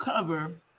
cover